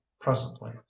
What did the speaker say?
presently